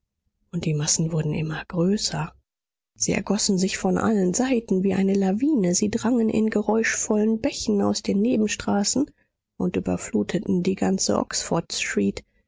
und die massen wurden immer größer sie ergossen sich von allen seiten wie eine lawine sie drangen in geräuschvollen bächen aus den nebenstraßen und überfluteten die ganze